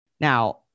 Now